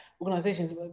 organizations